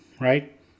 right